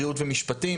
בריאות ומשפטים,